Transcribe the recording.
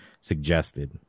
Suggested